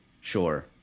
Sure